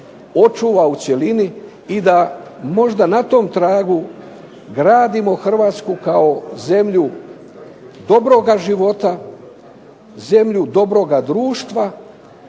očuva u cjelini i da možda na tom tragu gradimo Hrvatsku kao zemlju dobroga života, zemlju dobroga društva.